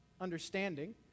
understanding